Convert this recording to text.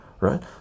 right